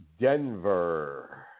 Denver